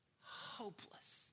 hopeless